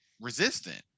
resistant